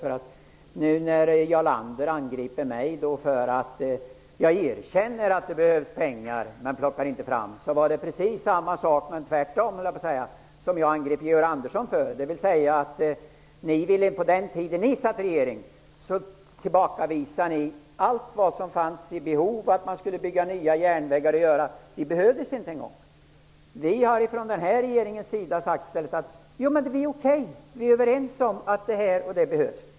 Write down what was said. Jarl Lander angriper nu mig för att jag erkänner att pengar behövs utan att plocka fram dem. Det är precis samma sak -- fast tvärtom -- som jag angrep Georg Andersson för, dvs. att ni på den tiden ni satt i regering tillbakavisade alla behov av nya järnvägar. Det behövdes helt enkelt inte! Vi i den här regeringen har i stället sagt att vi är överens om att vissa saker behövs.